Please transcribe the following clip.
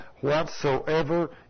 whatsoever